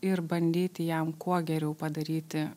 ir bandyti jam kuo geriau padaryti